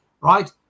right